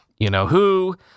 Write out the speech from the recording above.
you-know-who